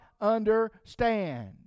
understand